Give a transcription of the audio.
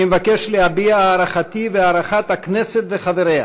אני מבקש להביע את הערכתי והערכת הכנסת וחבריה